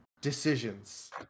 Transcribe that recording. decisions